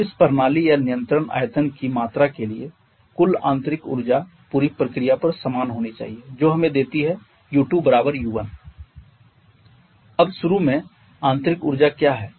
फिर इस प्रणाली या नियंत्रण आयतन की मात्रा के लिए कुल आंतरिक ऊर्जा पूरी प्रक्रिया पर समान होनी चाहिए जो हमें देती है U2U1 अब शुरू में आपकी आंतरिक ऊर्जा क्या है